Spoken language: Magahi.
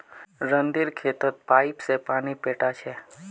रणधीर खेतत पाईप स पानी पैटा छ